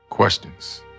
Questions